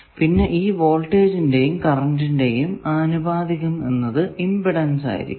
പിന്നെ ഈ വോൾട്ടേജിന്റെയും കറന്റിന്റെയും അനുപാതം എന്നത് ഇമ്പിഡൻസ് ആയിരിക്കണം